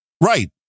right